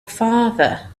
father